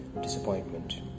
disappointment